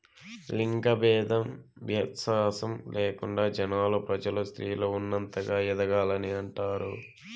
లింగ భేదం వ్యత్యాసం లేకుండా జనాలు ప్రజలు స్త్రీలు ఉన్నతంగా ఎదగాలని అంటారు